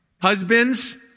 Husbands